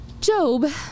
Job